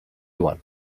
one